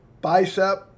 Bicep